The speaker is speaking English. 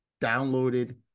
downloaded